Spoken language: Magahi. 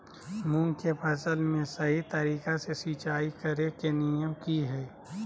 मूंग के फसल में सही तरीका से सिंचाई करें के नियम की हय?